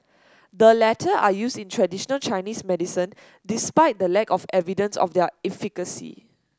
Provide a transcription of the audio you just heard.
the latter are used in traditional Chinese medicine despite the lack of evidence of their efficacy